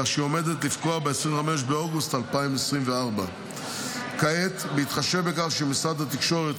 כך שהיא עומדת לפקוע ב-25 באוגוסט 2024. כעת בהתחשב בכך שמשרד התקשורת